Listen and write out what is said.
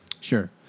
Sure